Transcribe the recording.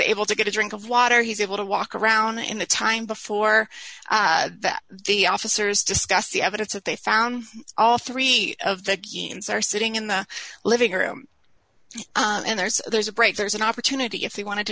able to get a drink of water he's able to walk around in the time before the officers discuss the evidence that they found all three of the games are sitting in the living room and there's there's a break there's an opportunity if he wanted to